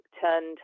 turned